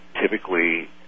typically